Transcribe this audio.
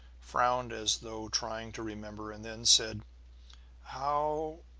frowned as though trying to remember, and then said how